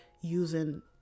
using